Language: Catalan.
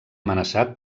amenaçat